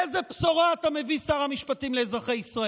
איזו בשורה אתה מביא, שר המשפטים, לאזרחי ישראל?